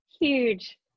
Huge